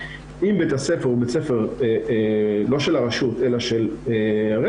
אם בית הספר הוא בית ספר לא של הרשות אלא של הרשת,